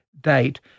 date